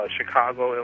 Chicago